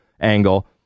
angle